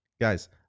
Guys